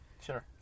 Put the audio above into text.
Sure